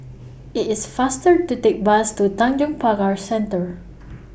IT IS faster to Take Bus to Tanjong Pagar Centre